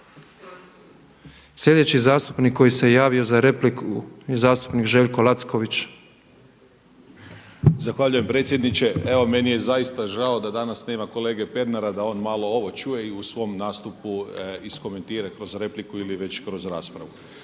Sljedeći zastupnik koji se javio za repliku je zastupnik Željko Lacković. **Lacković, Željko (Nezavisni)** Zahvaljujem predsjedniče. Evo meni je zaista žao da danas nema kolege Pernara da on malo ovo čuje i u svom nastupu iskomentira kroz repliku ili već kroz raspravu.